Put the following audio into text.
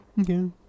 Okay